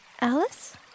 Alice